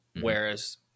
Whereas